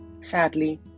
sadly